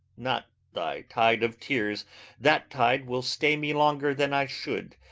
not thy tide of tears that tide will stay me longer than i should.